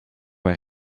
waar